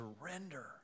surrender